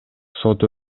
сот